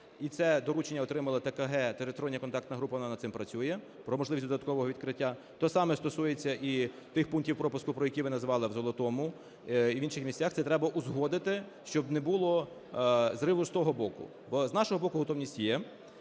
І це доручення отримала ТКГ – Тристороння контактна група, вона над цим працює, про можливість додаткового відкриття. Те саме стосується і тих пунктів пропуску, про які ви називали: в Золотому і в інших місцях. Це треба узгодити, щоб не було зриву з того боку, бо з нашого боку готовність є.